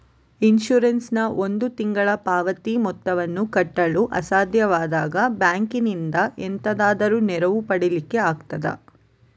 Insurance ನ ಒಂದು ತಿಂಗಳ ಪಾವತಿ ಮೊತ್ತವನ್ನು ಕಟ್ಟಲು ಅಸಾಧ್ಯವಾದಾಗ ಬ್ಯಾಂಕಿನಿಂದ ಎಂತಾದರೂ ನೆರವು ಪಡಿಲಿಕ್ಕೆ ಆಗ್ತದಾ?